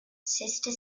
sister